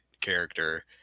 character